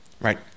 right